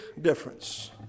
difference